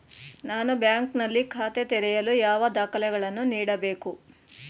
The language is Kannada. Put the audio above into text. ನಾನು ಬ್ಯಾಂಕ್ ನಲ್ಲಿ ಖಾತೆ ತೆರೆಯಲು ಯಾವ ದಾಖಲೆಗಳನ್ನು ನೀಡಬೇಕು?